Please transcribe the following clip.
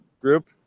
group